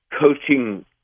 coaching